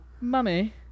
Mummy